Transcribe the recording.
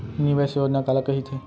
निवेश योजना काला कहिथे?